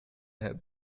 have